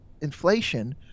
inflation